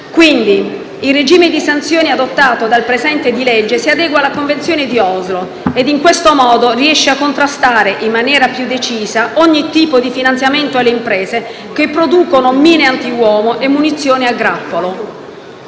Quindi, il regime di sanzioni adottato dal presente disegno di legge si adegua alla Convenzione di Oslo ed in questo modo riesce a contrastare in maniera più decisa ogni tipo di finanziamento delle imprese che producono mine antiuomo e munizioni a grappolo.